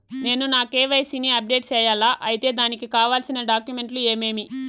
నేను నా కె.వై.సి ని అప్డేట్ సేయాలా? అయితే దానికి కావాల్సిన డాక్యుమెంట్లు ఏమేమీ?